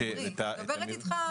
אני מדברת איתך ניהולית.